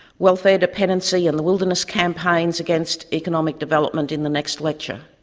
welfare dependency and the wilderness campaigns against economic development in the next lecture.